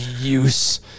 use